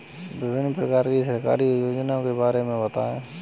विभिन्न प्रकार की सरकारी योजनाओं के बारे में बताइए?